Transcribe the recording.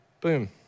Boom